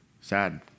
Sad